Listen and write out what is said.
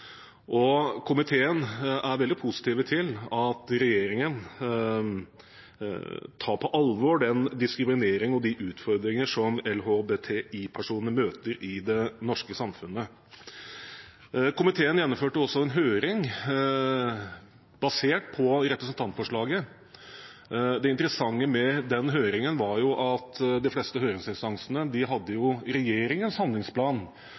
åpenhet. Komiteen er veldig positiv til at regjeringen tar på alvor den diskriminering og de utfordringer som LHBTI-personer møter i det norske samfunnet. Komiteen gjennomførte også en høring basert på representantforslaget. Det interessante med den høringen var at de fleste høringsinstansene hadde regjeringens handlingsplan